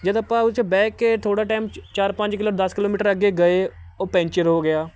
ਜਦ ਆਪਾਂ ਉਹ 'ਚ ਬਹਿ ਕੇ ਥੋੜ੍ਹਾ ਟਾਈਮ ਚਾਰ ਪੰਜ ਕਿਲੋ ਦਸ ਕਿਲੋਮੀਟਰ ਅੱਗੇ ਗਏ ਉਹ ਪੈਂਚਰ ਹੋ ਗਿਆ